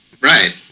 right